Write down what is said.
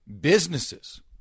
businesses